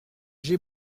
j’ai